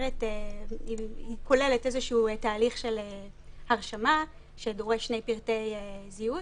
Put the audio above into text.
היא כוללת איזשהו תהליך של הרשמה שדורש שני פרטי זהות.